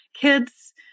kids